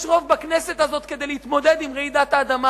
יש רוב בכנסת הזאת כדי להתמודד עם רעידת האדמה